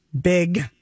big